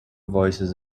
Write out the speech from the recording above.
voices